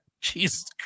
Jesus